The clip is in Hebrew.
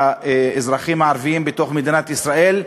האזרחים הערבים בתוך מדינת ישראל.